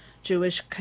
Jewish